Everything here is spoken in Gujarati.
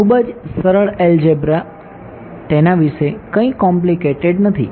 ખૂબ જ સરળ એલ્જેબ્રા તેના વિશે કંઇ કોમ્પ્લિકેટેડ નથી